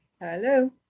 Hello